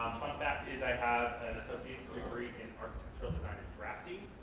fact is i have an associates degree in architectural design drafting.